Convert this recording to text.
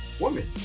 woman